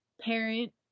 parent